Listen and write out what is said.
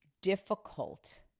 difficult